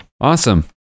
Awesome